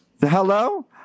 Hello